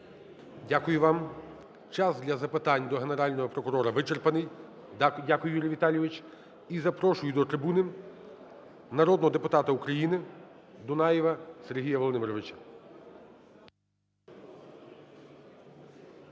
Дякую вам. Час для запитань до Генерального прокурора вичерпаний. Дякую, Юрій Віталійович. І запрошую до трибуни народного депутата України Дунаєва Сергія Володимировича.